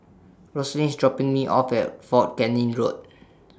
Roslyn IS dropping Me off At Fort Canning Road